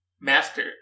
Master